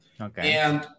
Okay